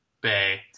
Bay